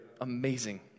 amazing